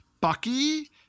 bucky